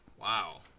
Wow